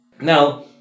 Now